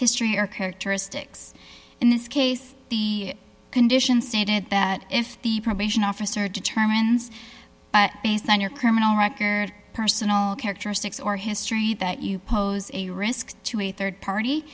history or characteristics in this case the condition stated that if the probation officer determines but based on your criminal record personal characteristics or history that you pose a risk to a rd party